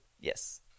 Yes